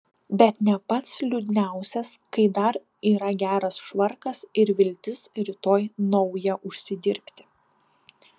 bet ne pats liūdniausias kai dar yra geras švarkas ir viltis rytoj naują užsidirbti